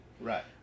Right